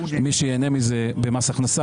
מי שייהנה מזה במס הכנסה,